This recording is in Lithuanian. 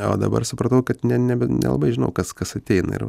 o dabar supratau kad ne nebe nelabai žinau kas kas ateina ir va